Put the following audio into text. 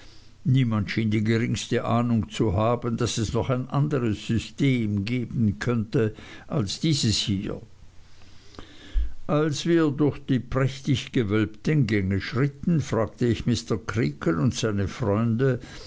niemand schien die geringste ahnung zu haben daß es noch ein anderes system geben könnte als dieses hier als wir durch die prächtig gewölbten gänge schritten fragte ich mr creakle und seine freunde